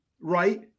right